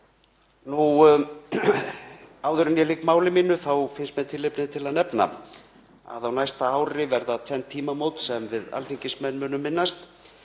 Áður en ég lýk máli mínu finnst mér tilefni til að nefna að á næsta ári verða tvenn tímamót sem við alþingismenn munum minnast.